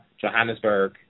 Johannesburg